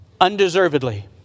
undeservedly